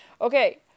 Okay